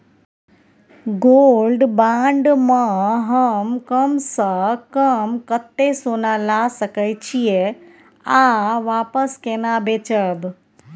Gold bond म हम कम स कम कत्ते सोना ल सके छिए आ वापस केना बेचब?